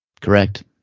correct